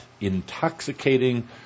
intoxicating